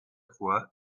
quoi